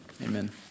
Amen